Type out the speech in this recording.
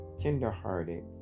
tenderhearted